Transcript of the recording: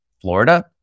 Florida